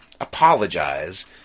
apologize